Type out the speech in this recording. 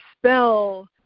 spell